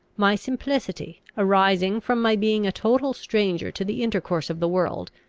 my simplicity, arising from my being a total stranger to the intercourse of the world,